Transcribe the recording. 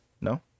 No